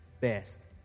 best